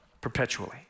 perpetually